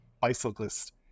bicyclist